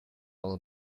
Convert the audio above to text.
will